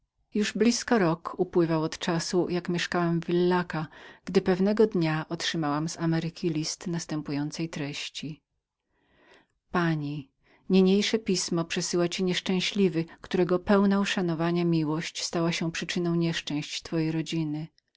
już blizko rok upływał od czasu jak mieszkałam w villaca gdy pewnego dnia otrzymałam z ameryki list następującej treści pani niniejsze pismo przesyła ci nieszczęśliwy którego pełna uszanowania miłość stała się przyczyną nieszczęść twojej rodziny